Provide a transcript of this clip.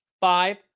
Five